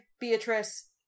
Beatrice